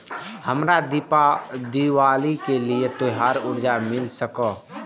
हमरा दिवाली के लिये त्योहार कर्जा मिल सकय?